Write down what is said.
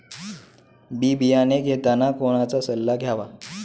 बी बियाणे घेताना कोणाचा सल्ला घ्यावा?